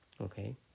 okay